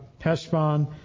Heshbon